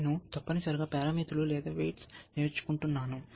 నేను తప్పనిసరిగా పారామితులు లేదా వెయిట్స్ నేర్చుకుంటున్నాను